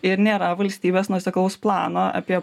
ir nėra valstybės nuoseklaus plano apie